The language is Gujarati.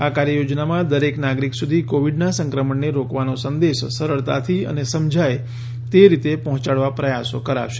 આ કાર્યયોજનામાં દરેક નાગરિક સુધી કોવિડના સંક્રમણને રોકવાનો સંદેશ સરળતાથી અને સમજાય તે રીતે પહોંચાડવા પ્રયાસો કરાશે